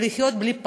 ולחיות בלי פחד,